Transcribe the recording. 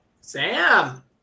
Sam